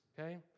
okay